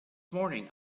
morning